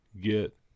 get